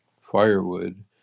firewood